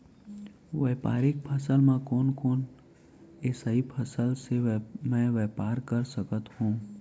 व्यापारिक फसल म कोन कोन एसई फसल से मैं व्यापार कर सकत हो?